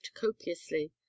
copiously